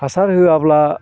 हासार होआब्ला